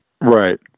Right